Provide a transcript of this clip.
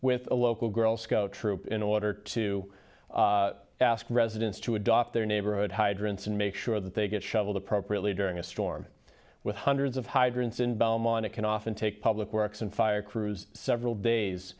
with a local girl scout troop in order to ask residents to adopt their neighborhood hydrants and make sure that they get shoveled appropriately during a storm with hundreds of hydrants in belmont it can often take public works and fire crews several days